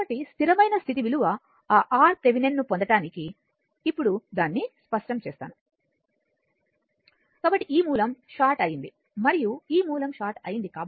కాబట్టి స్థిరమైన స్థితి విలువ ఆ RThevenin ను పొందడానికి ఇప్పుడు దాన్ని స్పష్టం చేస్తాను కాబట్టి ఈ మూలం షార్ట్ అయుంది మరియు ఈ మూలం షార్ట్ అయుంది